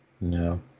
No